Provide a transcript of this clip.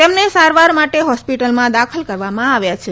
તેમને સારવાર માટે હોસ્પિટલમાં દાખલ કરવામાં આવ્યા છે